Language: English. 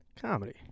comedy